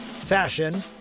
fashion